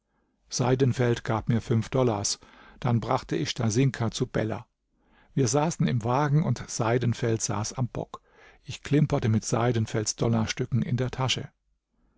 seidenfeld gab mir fünf dollars dann brachte ich stasinka zu beller wir saßen im wagen und seidenfeld saß am bock ich klimperte mit seidenfelds dollarstücken in der tasche